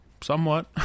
somewhat